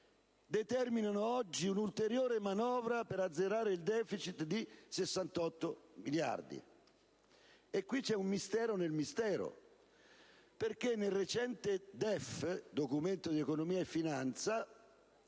determinano oggi un'ulteriore manovra per azzerare il deficit di 68 miliardi? Qui c'è un mistero nel mistero, perché nel recente Documento di economia e finanza